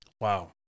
Wow